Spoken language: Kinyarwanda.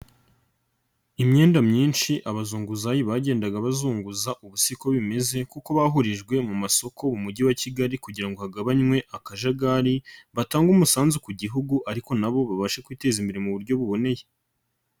Imyenda myinshi abazunguzayi bagendaga bazunguza ubu si ko bimeze kuko bahurijwe mu masoko mu mujyi wa Kigali kugira ngo hagabanwe akajagari batange umusanzu ku Gihugu ariko na bo babashe kwiteza imbere mu buryo buboneye.